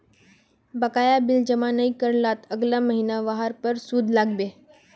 बकाया बिल जमा नइ कर लात अगला महिना वहार पर सूद लाग बे